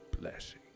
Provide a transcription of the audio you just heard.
blessing